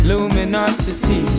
Luminosity